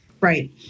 Right